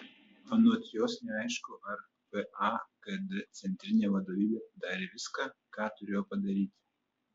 anot jos neaišku ar pagd centrinė vadovybė padarė viską ką turėjo padaryti